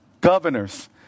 governors